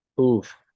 Oof